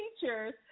teachers